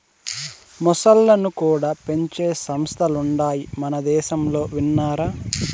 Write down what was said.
మొసల్లను కూడా పెంచే సంస్థలుండాయి మనదేశంలో విన్నారా